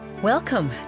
Welcome